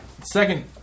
second